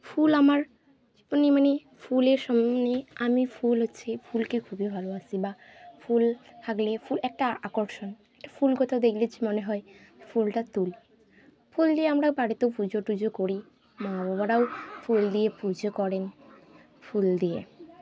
ফুল আমার জীবনে মানে ফুলের সম্বন্ধে আমি ফুল হচ্ছি ফুলকে খুবই ভালোবাসি বা ফুল থাকলে ফুল একটা আকর্ষণ একটা ফুল কোথাও দেখছি মনে হয় ফুলটা তুলি ফুল দিয়ে আমরা বাড়িতেও পুজো টুজো করি মা বাবারাও ফুল দিয়ে পুজো করেন ফুল দিয়ে